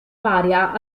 varia